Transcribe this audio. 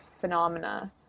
phenomena